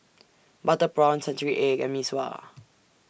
Butter Prawn Century Egg and Mee Sua